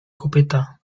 kopyta